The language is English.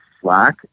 Slack